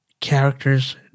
characters